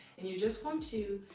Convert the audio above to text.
and you just want to,